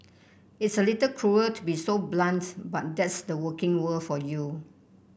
it's a little cruel to be so blunt but that's the working world for you